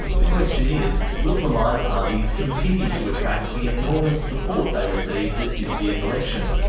the question is will the minor parties continue to attract the enormous support they received at this year's election?